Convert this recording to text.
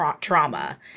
trauma